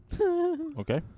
Okay